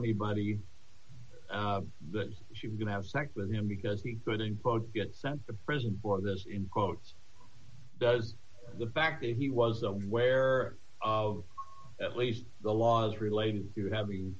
anybody that she was going to have sex with him because he couldn't both get sent to prison for this in quotes does the fact that he was aware of at least the laws relating to having